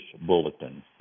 bulletin